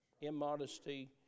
immodesty